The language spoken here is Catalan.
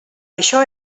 això